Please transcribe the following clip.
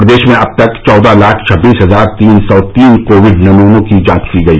प्रदेश में अब तक चौदह लाख छब्बीस हजार तीन सौ तीन कोविड नमूनों की जांच की गई